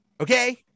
Okay